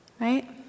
Right